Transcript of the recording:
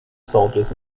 soldiers